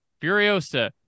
Furiosa